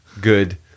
Good